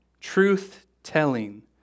truth-telling